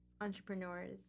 entrepreneurs